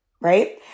right